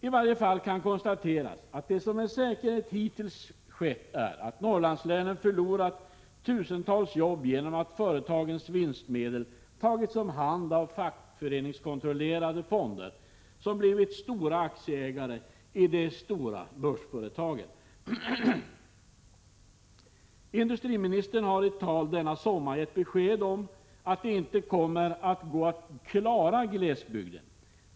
I varje fall kan konstateras att det som med säkerhet hittills skett är att Norrlandslänen förlorat tusentals jobb genom att företagens vinstmedel tagits om hand av fackföreningskontrollerade fonder, som blivit stora aktieägare i de stora börsföretagen. Industriministern har i tal denna sommar gett besked om att det inte kommer att gå att klara glesbygden.